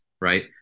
right